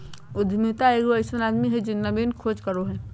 उद्यमिता एगो अइसन आदमी जे नवीन खोज करो हइ